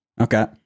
Okay